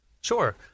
Sure